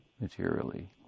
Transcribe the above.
materially